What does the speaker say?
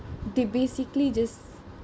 they basically just